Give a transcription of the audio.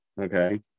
Okay